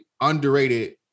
underrated